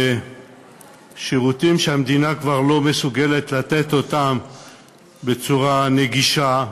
שירותים שהמדינה כבר לא מסוגלת לתת בצורה נגישה,